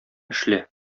эшлә